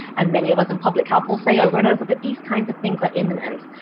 and many of us in public health will say over and over, but these kinds of things are imminent.